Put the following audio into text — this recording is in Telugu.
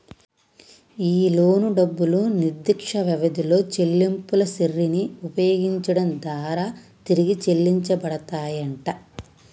ఈ లోను డబ్బులు నిర్దిష్ట వ్యవధిలో చెల్లింపుల శ్రెరిని ఉపయోగించడం దారా తిరిగి చెల్లించబడతాయంట